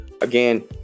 Again